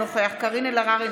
אינו נוכח קארין אלהרר,